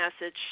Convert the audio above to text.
message